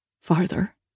Farther